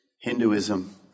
Hinduism